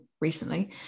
recently